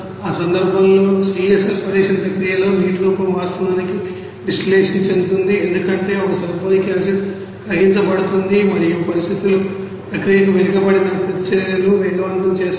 ఆ సందర్భంలో స్వీయ సల్ఫోనేషన్ ప్రక్రియలో నీటి రూపం వాస్తవానికి డిస్టిల్లషన్ చెందుతుంది ఎందుకంటే ఒక సల్ఫోనిక్ యాసిడ్ కరిగించబడుతుంది మరియు పరిస్థితులు ప్రక్రియకు వెనుకబడిన ప్రతిచర్యలను వేగవంతం చేస్తాయి